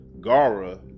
Gara